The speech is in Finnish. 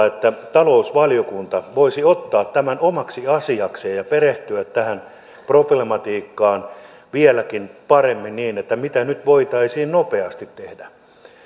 että talousvaliokunta voisi ottaa tämän omaksi asiakseen ja ja perehtyä tähän problematiikkaan vieläkin paremmin että mitä nyt voitaisiin nopeasti tehdä